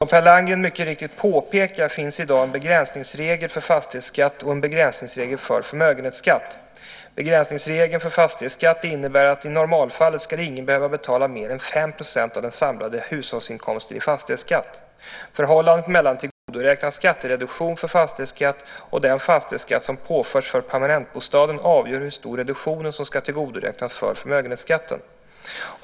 Fru talman! Per Landgren har frågat mig hur jag avser att verka för att äldres skattebörda vad gäller fastighetsskatten lättas. Som Per Landgren mycket riktigt påpekar finns i dag en begränsningsregel för fastighetsskatt och en begränsningsregel för förmögenhetsskatt. Begränsningsregeln för fastighetsskatt innebär att i normalfallet ska ingen behöva betala mer än 5 % av den samlade hushållsinkomsten i fastighetsskatt. Förhållandet mellan tillgodoräknad skattereduktion för fastighetsskatt och den fastighetsskatt som påförts för permanentbostaden avgör hur stor reduktion som ska tillgodoräknas för förmögenhetsskatten.